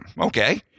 okay